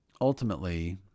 ultimately